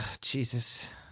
Jesus